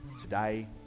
today